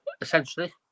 essentially